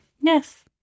Yes